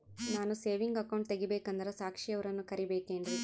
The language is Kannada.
ನಾನು ಸೇವಿಂಗ್ ಅಕೌಂಟ್ ತೆಗಿಬೇಕಂದರ ಸಾಕ್ಷಿಯವರನ್ನು ಕರಿಬೇಕಿನ್ರಿ?